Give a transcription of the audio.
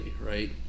right